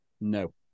no